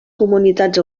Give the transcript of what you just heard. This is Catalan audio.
comunitats